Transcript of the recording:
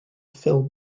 phil